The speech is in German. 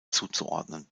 zuzuordnen